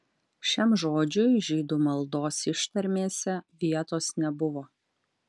šiam žodžiui žydų maldos ištarmėse vietos nebuvo